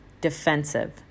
defensive